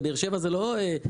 באר שבע זה לא לונדון,